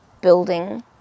building